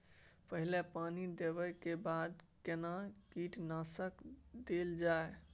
पहिले पानी देबै के बाद केना कीटनासक देल जाय?